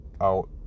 out